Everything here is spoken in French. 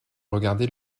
regardais